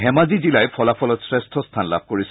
ধেমাজি জিলাই ফলাফলত শ্ৰেষ্ঠ স্খান লাভ কৰিছে